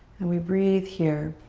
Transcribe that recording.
and we breathe here.